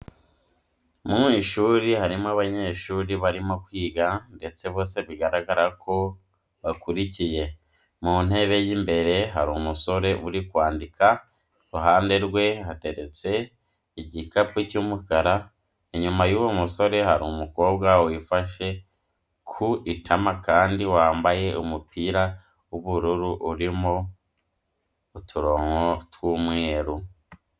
Mu ishuri harimo abanyeshuri barimo kwiga ndetse bose biragaragara ko bakurikiye. Ku ntebe y'imbere hari umusore uri kwandika, iruhande rwe hateretse igikapu cy'umukara, inyuma y'uwo musore hari umukoba wifashe ku itama kandi wambaye umupira w'ubururu urimo uturongo tw'umweru.